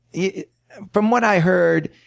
yeah from what i heard,